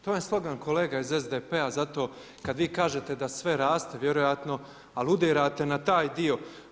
To je slogan kolega iz SDP-a, zato kad vi kažete da sve raste, vjerojatno aludirate na taj dio.